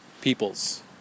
peoples